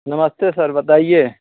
नमस्ते सर बताइए